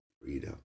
freedom